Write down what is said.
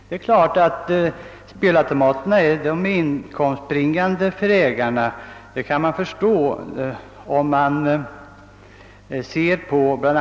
Det är uppenbart att spelautomaterna är inkomstbringande för ägarna; det visar den ökade importen.